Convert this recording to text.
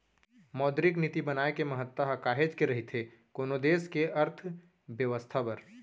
मौद्रिक नीति बनाए के महत्ता ह काहेच के रहिथे कोनो देस के अर्थबेवस्था बर